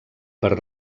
per